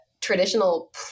traditional